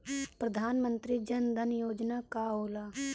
प्रधानमंत्री जन धन योजना का होला?